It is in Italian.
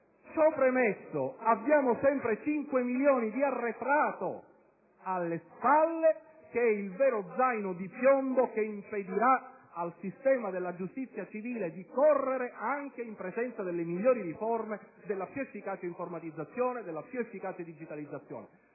premesso, abbiamo sempre 5 milioni di arretrato alle spalle: il vero zaino di piombo che impedirà al sistema della giustizia civile di correre anche in presenza delle migliori riforme, della più efficace informatizzazione e della più efficace digitalizzazione,